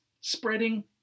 spreading